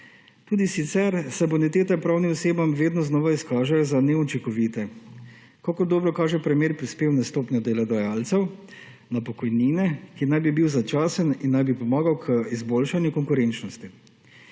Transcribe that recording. Tudi sicer se bonitete pravnim osebam vedno znova izkažejo za neučinkovite, kakor dobro kaže primer prispevne stopnje delodajalcev na pokojnine, ki naj bi bil začasen in naj bi pomagal k izboljšanju konkurenčnosti,